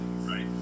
right